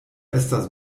estas